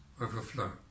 overflow